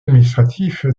administratif